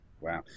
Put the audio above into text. Wow